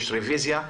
יש רוויזיה.